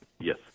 yes